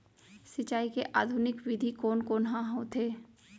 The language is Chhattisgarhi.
सिंचाई के आधुनिक विधि कोन कोन ह होथे?